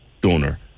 donor